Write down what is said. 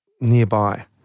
nearby